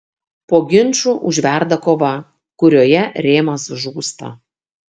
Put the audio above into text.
po ginčų užverda kova kurioje rėmas žūsta